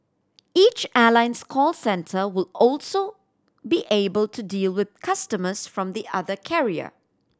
each airline's call centre will also be able to deal with customers from the other carrier